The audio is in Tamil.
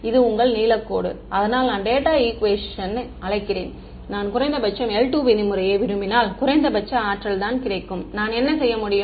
அது உங்கள் நீலக்கோடு அதனால் நான் டேட்டா ஈக்குவேஷனை அழைக்கிறேன் நான் குறைந்தபட்ச l2 விதிமுறையை விரும்பினால் குறைந்தபட்ச ஆற்றல் தான் கிடைக்கும் நான் என்ன செய்ய முடியும்